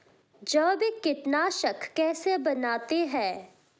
जैविक कीटनाशक कैसे बनाते हैं?